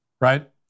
right